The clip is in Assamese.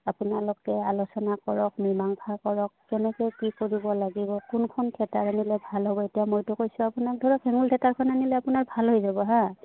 আপোনালোকে আলোচনা কৰক মীমাংসা কৰক কেনেকে কি কৰিব লাগিব কোনখন থিয়েটাৰ আনিলে ভাল হ'ব এতিয়া মইতো কৈছোঁ আপোনাক ধৰক হেঙুল থিয়েটাৰখন আনিলে আপোনাৰ ভাল হৈ যাব হা